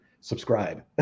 subscribe